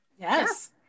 Yes